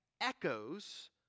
echoes